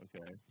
okay